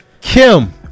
Kim